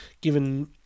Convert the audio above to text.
given